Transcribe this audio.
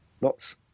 Lots